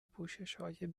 پوششهای